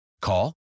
Call